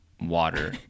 water